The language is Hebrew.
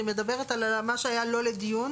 היא מדברת על מה שהיה לא לדיון